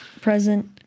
present